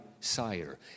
sire